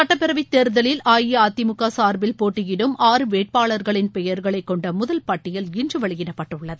சட்டப்பேரவைத்தேர்தலில் அஇஅதிமுக சார்பில் போட்டியிடும் ஆறு வேட்பாளர்களின் பெயர்களை கொண்ட முதல் பட்டியல் இன்று வெளியிடப்பட்டுள்ளது